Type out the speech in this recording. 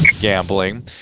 gambling